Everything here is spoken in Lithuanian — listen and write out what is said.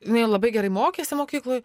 jinai labai gerai mokėsi mokykloj